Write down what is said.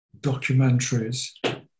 documentaries